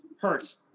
Hurts